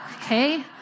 Okay